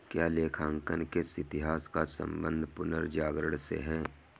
क्या लेखांकन के इतिहास का संबंध पुनर्जागरण से है?